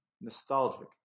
Nostalgic